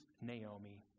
Naomi